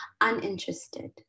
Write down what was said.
uninterested